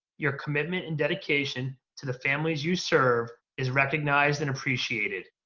your commitment and dedication to the families you serve is recognized and appreciated.